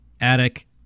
attic